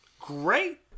Great